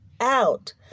out